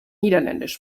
niederländisch